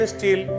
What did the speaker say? Steel